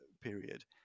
period